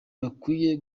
bakwiye